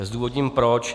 Zdůvodním proč.